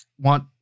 want –